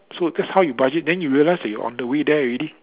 so that's how you budget then you realize that you on the way there already